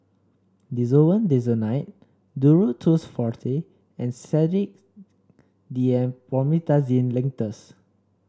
Desowen Desonide Duro Tuss Forte and Sedilix D M Promethazine Linctus